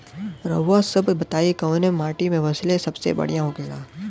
रउआ सभ बताई कवने माटी में फसले सबसे बढ़ियां होखेला?